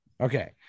Okay